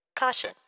Caution